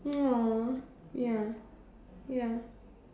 !aww! ya ya